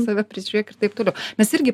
save prisižiūrėk ir taip toliau mes irgi